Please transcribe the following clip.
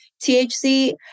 THC